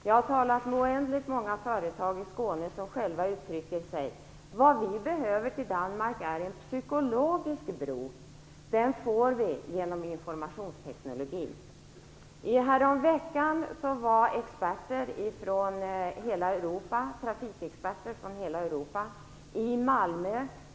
Jag har talat med oändligt många företagare i Skåne och de säger: Vad vi behöver är en psykologisk bro till Danmark. Den får vi genom informationsteknologi. Häromveckan var trafikexperter från hela Europa i Malmö.